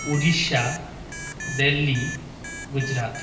Odisha Delhi Gujarat